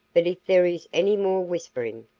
but if there is any more whispering,